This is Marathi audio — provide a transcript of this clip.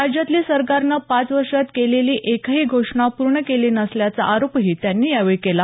राज्यातील सरकारनं पाच वर्षांत केलेली एकही घोषणा पूर्ण केली नसल्याचा आरोपही त्यांनी यावेळी केला